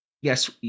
yes